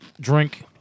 drink